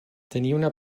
tenia